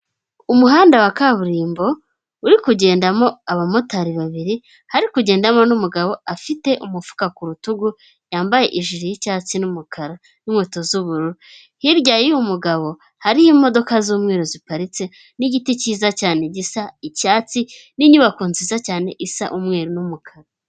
Umuhanda wa kaburimbo uri kugendamo abamotari babiri, hari kugendamo n'umugabo afite umufuka ku rutugu, yambaye ijiri y'icyatsi n'umukara n'inkweto z'ubururu, hirya y'uyu mugabo hariho imodoka z'umweru ziparitse, n'igiti cyiza cyane gisa icyatsi, n'inyubako nziza cyane isa umweru n'umukara.